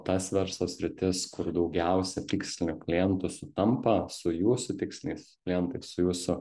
tas verslo sritis kur daugiausia tikslinių klientų sutampa su jūsų tiksliniais klientais su jūsų